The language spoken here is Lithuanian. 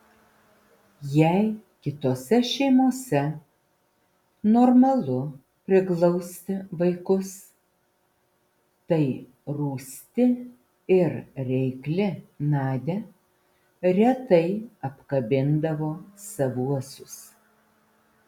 jei kitose šeimose normalu priglausti vaikus tai rūsti ir reikli nadia retai apkabindavo savuosius